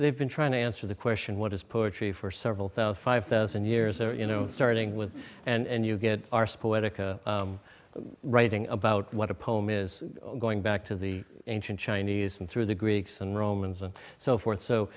they've been trying to answer the question what is poetry for several thousand five thousand years or you know starting with and you get our sporadic writing about what a poem is going back to the ancient chinese and through the greeks and romans and so forth so